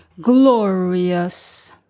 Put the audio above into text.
Glorious